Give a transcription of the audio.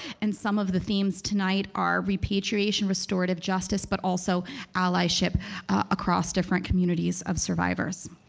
and some of the themes tonight are repatriation, restorative justice, but also allyship across different communities of survivors.